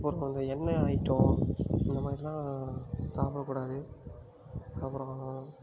அப்புறம் இந்த எண்ணெய் ஐட்டம் இந்தமாதிரிலாம் சாப்பிடக்கூடாது அப்புறம்